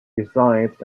besides